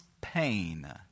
pain